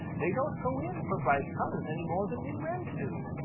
they don't go in for bright colors any more than we wrens do.